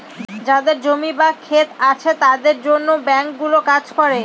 যাদের জমি বা ক্ষেত আছে তাদের জন্য ব্যাঙ্কগুলো কাজ করে